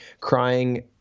crying